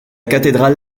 cathédrale